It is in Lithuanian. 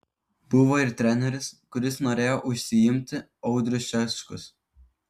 buvo ir treneris kuris norėjo užsiimti audrius šečkus